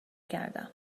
کردم